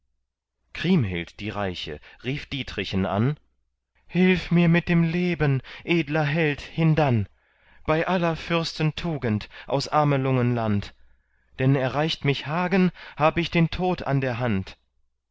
kriemhild die reiche rief dietrichen an hilf mir mit dem leben edler held hindann bei aller fürsten tugend aus amelungenland denn erreicht mich hagen hab ich den tod an der hand